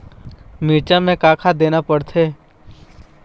मिरचा मे का खाद देना पड़थे?